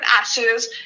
Ashes